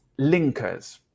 linkers